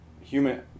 human